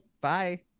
Bye